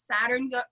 Saturn